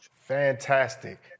Fantastic